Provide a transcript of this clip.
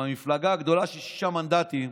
עם המפלגה הגדולה של שישה המנדטים,